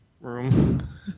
room